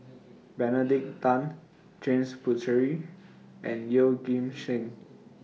Benedict Tan James Puthucheary and Yeoh Ghim Seng